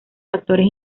factores